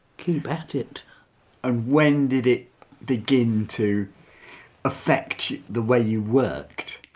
keep at it and when did it begin to affect the way you worked?